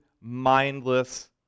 mindless